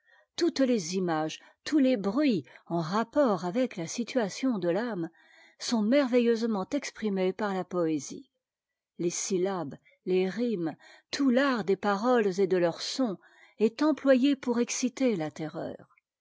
toutes les images tous les bruits en rapport avec la situation de l'âme sont merveilleusement exprimés par ta poésie les syllabes les rimes tout l'art des paroles et de leurs sons est employé pour exciter ta terreur